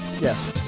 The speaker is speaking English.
Yes